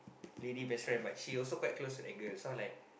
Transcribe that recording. lady best friend but she also quite close to that girl so I'm like